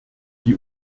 die